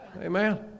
Amen